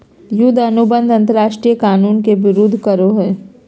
युद्ध अनुबंध अंतरराष्ट्रीय कानून के विरूद्ध करो हइ